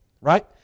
right